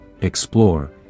explore